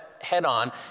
head-on